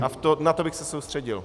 A na to bych se soustředil.